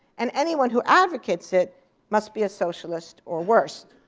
and anyone who advocates it must be a socialist or worse.